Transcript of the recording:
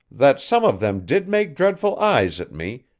that some of them did make dreadful eyes at me,